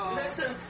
listen